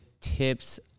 tips